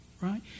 right